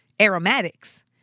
aromatics